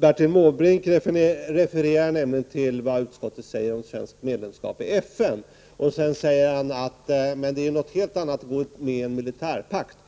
Bertil Måbrink refererade till vad utskottet säger om svenskt medlemskap i FN och sade sedan att det är något helt annat att gå med i en militärpakt.